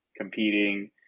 competing